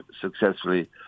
successfully